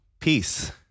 peace